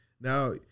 Now